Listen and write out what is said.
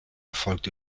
erfolgt